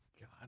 God